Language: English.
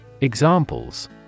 Examples